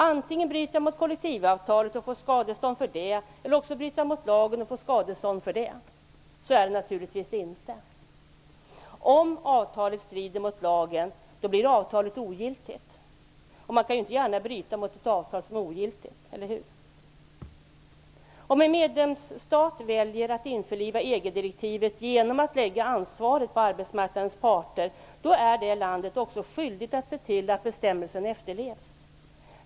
Antingen bryter han mot kollektivavtalet och blir skadeståndsskyldig för det, eller så bryter han mot lagen och blir skadeståndsskyldig för det. Så är det naturligtvis inte. Om avtalet strider mot lagen blir det ogiltigt. Man kan ju inte gärna bryta mot ett avtal som är ogiltigt, eller hur? direktivet genom att lägga ansvaret på arbetsmarknadens parter är det landet också skyldigt att se till att bestämmelsen efterlevs.